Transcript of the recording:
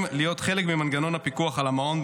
להיות חלק ממנגנון הפיקוח על המעון,